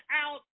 out